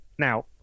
Now